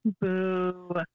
Boo